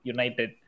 United